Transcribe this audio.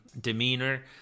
Demeanor